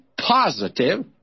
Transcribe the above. positive